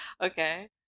Okay